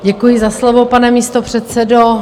Děkuji za slovo, pane místopředsedo.